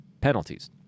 penalties